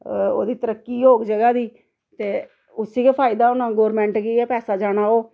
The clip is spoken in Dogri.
ओह्दी तरक़्क़ी गै होग जगह् दी ते उसी गै फायदा होना गौरमेंट गी गै पैसा जाना ओह्